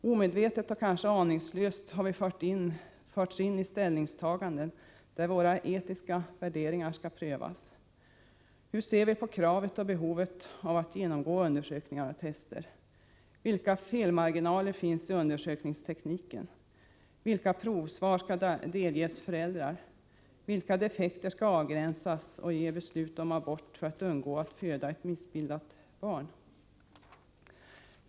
Omedvetet och kanske aningslöst har vi förts in i ställningstaganden där våra etiska värderingar skall prövas. Hur ser vi på kravet på och behovet av att genomgå undersökningar och tester? Vilka felmarginaler finns i undersökningstekniken? Vilka provsvar skall delges föräldrar? Vilka defekter skall avgränsas för att ge beslut om abort i syfte att undvika att ett missbildat barn föds?